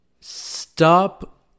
stop